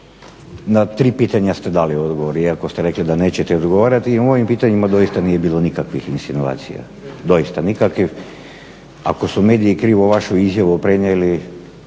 na tri pitanja ste dali odgovor iako ste rekli da nećete odgovarati. U mojim pitanjima doista nije bilo nikakvih insinuacija, doista nikakvih. Ako su mediji krivo vašu izjavu prenijeli